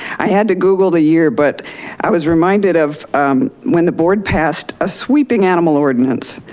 i had to google the year, but i was reminded of when the board passed a sweeping animal ordinance.